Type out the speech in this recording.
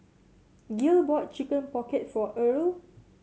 Gil bought Chicken Pocket for Erle